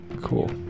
Cool